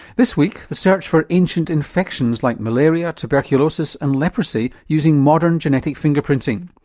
this week the search for ancient infections like malaria, tuberculosis and leprosy using modern genetic fingerprinting.